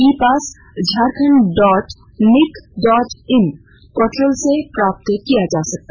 E pass Jharkhand dot NIC dot in portal से प्राप्त किया जा सकेगा